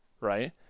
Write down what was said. right